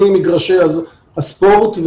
ממגרשי הספורט,